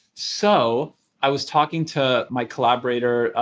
so i was talking to my collaborator,